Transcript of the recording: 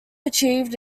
achieved